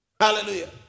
Hallelujah